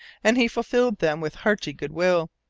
and he fulfilled them with hearty good-will.